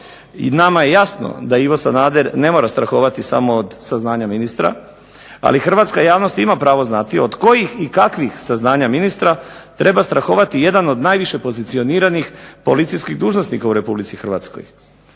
Nama je jasno da Ivo Sanader ne mora strahovati samo od saznanja ministra, ali hrvatska javnost ima pravo znati od kojih i kakvih saznanja ministra treba strahovati jedan od najviše pozicioniranih policijskih dužnosnika u RH. Da li je